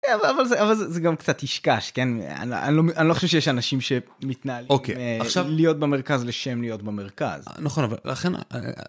אבל זה גם קצת קישקש כן אני לא חושב שיש אנשים שמתנהלים להיות במרכז לשם להיות במרכז.